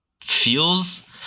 feels